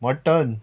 mutton